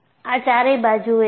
આ ચારેય બાજુ એ છે